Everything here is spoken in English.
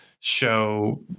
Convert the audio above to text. show